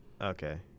Okay